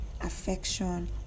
affection